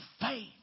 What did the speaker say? faith